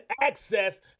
access